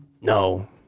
No